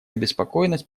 обеспокоенность